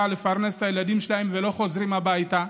לפרנס את הילדים שלהם ולא חוזרים הביתה,